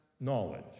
knowledge